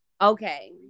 Okay